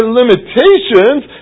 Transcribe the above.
limitations